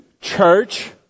Church